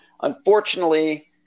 Unfortunately